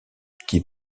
qui